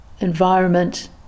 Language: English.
environment